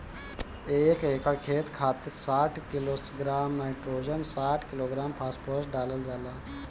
एक एकड़ खेत खातिर साठ किलोग्राम नाइट्रोजन साठ किलोग्राम फास्फोरस डालल जाला?